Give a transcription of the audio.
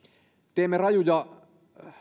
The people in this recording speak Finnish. teemme rajuja